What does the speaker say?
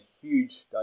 huge